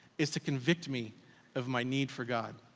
is to convict me of my need for god.